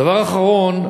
דבר אחרון,